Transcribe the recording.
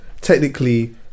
technically